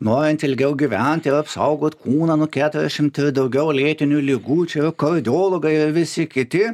norint ilgiau gyvent ir apsaugot kūną nuo keturiasdešimt ir daugiau lėtinių ligų čia yra kardiologai ir visi kiti